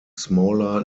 smaller